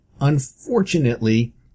unfortunately